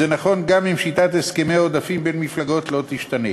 זה נכון גם אם שיטת הסכמי העודפים בין מפלגות לא תשתנה.